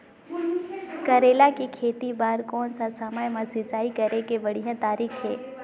करेला के खेती बार कोन सा समय मां सिंचाई करे के बढ़िया तारीक हे?